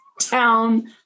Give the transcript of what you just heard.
town